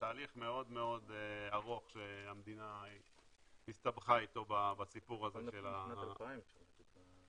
תהליך מאוד ארוך שהמדינה הסתבכה איתו בסיפור של ה-